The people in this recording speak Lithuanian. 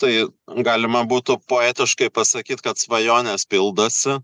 tai galima būtų poetiškai pasakyt kad svajonės pildosi